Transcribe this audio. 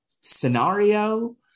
scenario